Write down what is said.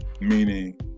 meaning